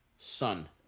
Son